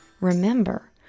Remember